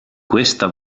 questa